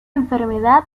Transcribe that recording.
enfermedad